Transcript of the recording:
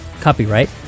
Copyright